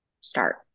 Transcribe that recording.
start